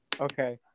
okay